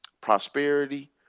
prosperity